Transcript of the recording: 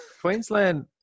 Queensland